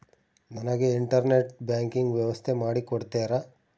ನನಗೆ internet banking ವ್ಯವಸ್ಥೆ ಮಾಡಿ ಕೊಡ್ತೇರಾ?